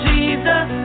Jesus